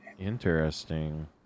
Interesting